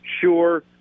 Sure